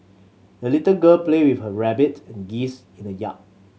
the little girl played with her rabbit and geese in the yard